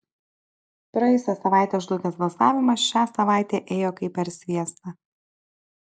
praėjusią savaitę žlugęs balsavimas šią savaitę ėjo kaip per sviestą